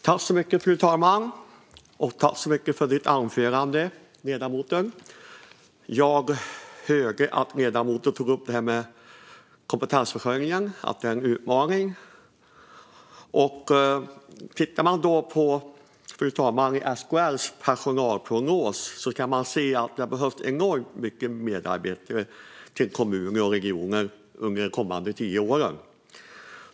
Fru talman! Jag tackar ledamoten för hennes anförande. Jag hörde att hon tog upp kompetensförsörjningen och att den är en utmaning. I SKR:s personalprognos kan man se att det behövs enormt många fler medarbetare till kommuner och regioner under de kommande tio åren.